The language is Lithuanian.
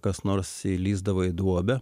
kas nors įlįsdavo į duobę